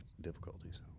Difficulties